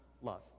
love